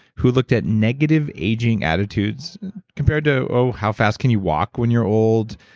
who looked at negative aging attitudes compared to, oh, how fast can you walk when you're old?